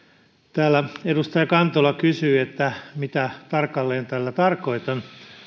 täällä edustaja kantola kysyi mitä tarkalleen tällä tarkoitan